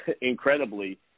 incredibly